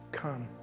come